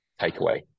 takeaway